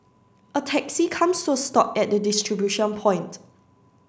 a taxi comes to a stop at the distribution point